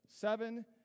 Seven